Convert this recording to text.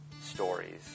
stories